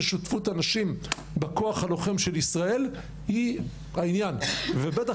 ששותפות אנשים בכוח הלוחם של ישראל היא העניין ובטח